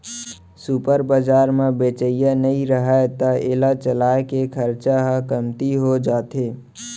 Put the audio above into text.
super बजार म बेचइया नइ रहय त एला चलाए के खरचा ह कमती हो जाथे